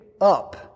up